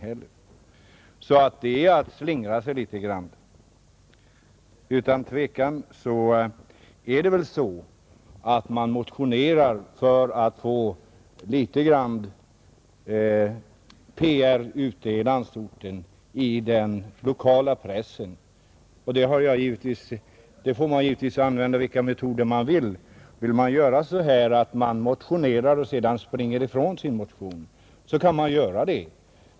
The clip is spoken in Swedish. — Det är alltså att slingra sig litet grand. Det är väl så att man motionerar för att få PR i den lokala pressen ute i landsorten. Man får givetvis använda vilka metoder man önskar, Vill man motionera och sedan springa ifrån sin motion, kan man göra det.